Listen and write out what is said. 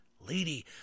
lady